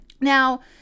Now